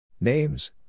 Names